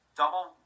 double